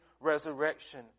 resurrection